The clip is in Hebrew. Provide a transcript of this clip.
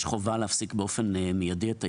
יש חובה להפסיק באופן מידי את העיסוק.